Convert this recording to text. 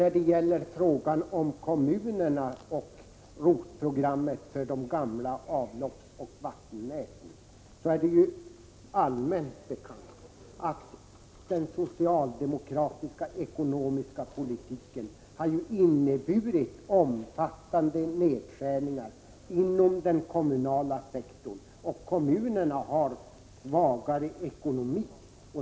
När det gäller frågan om kommunerna och ROT-programmet för de gamla avloppsoch vattennäten är det allmänt bekant att den socialdemokratiska ekonomiska politiken har inneburit omfattande nedskärningar inom den kommunala sektorn. Kommunerna har svagare ekonomi.